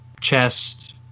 chest